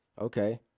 Okay